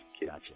Gotcha